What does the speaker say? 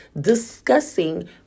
discussing